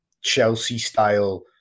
Chelsea-style